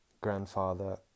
grandfather